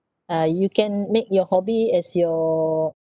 uh you can make your hobby as your